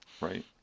Right